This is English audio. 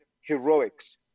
heroics